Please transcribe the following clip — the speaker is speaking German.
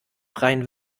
freien